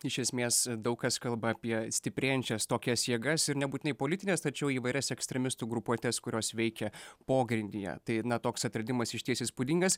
iš esmės daug kas kalba apie stiprėjančias tokias jėgas ir nebūtinai politines tačiau įvairias ekstremistų grupuotes kurios veikia pogrindyje tai na toks atradimas išties įspūdingas